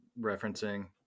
referencing